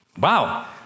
Wow